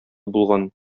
булган